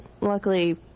luckily